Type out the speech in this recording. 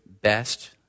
best